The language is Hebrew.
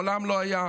מעולם לא היה.